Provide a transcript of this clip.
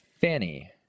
Fanny